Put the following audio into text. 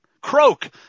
croak